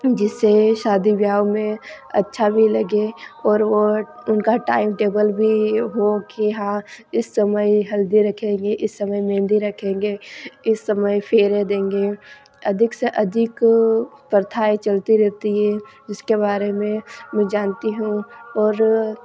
जिससे शादी ब्याव में अच्छा भी लगे और वह उनका टाइम टेबल भी हो के हाँ इस समय हल्दी रखेंगे इस समय मेंहदी रखेंगे इस समय फ़ेरे देंगे अधिक से अधिक प्रथाएँ चलती रहती हैं जिसके बारे में मैं जानती हूँ और